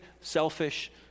selfish